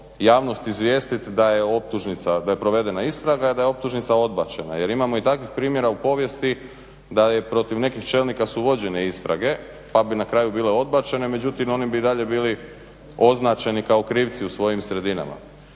je optužnica, da je provedena istraga, da je optužnica odbačena jer imamo i takvih primjera u povijesti da je protiv nekih čelnika su vođene istrage pa bi na kraju bile odbačene, međutim oni bi i dalje bili označeni kao krivci u svojim sredinama.